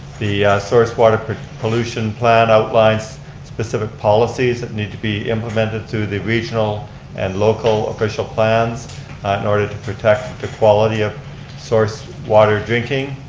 the source water protection plan outlines specific policies that need to be implemented to the regional and local official plans in order to protect the quality of source water drinking.